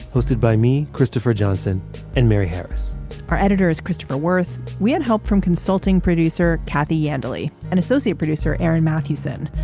hosted by me christopher johnson and mary harris our editor is christopher werth. we had help from consulting producer kathy iandoli and associate producer eryn mathewson.